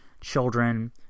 children